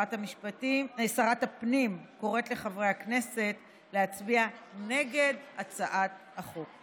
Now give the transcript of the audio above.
שרת הפנים קוראת לחברי הכנסת להצביע נגד הצעת החוק.